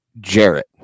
Jarrett